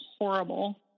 horrible